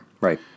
Right